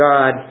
God